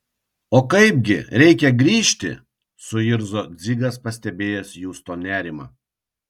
o kaipgi reikia grįžti suirzo dzigas pastebėjęs justo nerimą